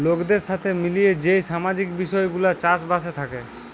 লোকদের সাথে মিলিয়ে যেই সামাজিক বিষয় গুলা চাষ বাসে থাকে